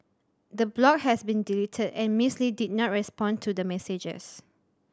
the blog has been deleted and Miss Lee did not respond to the messages